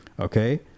okay